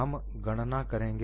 हम गणना करेंगे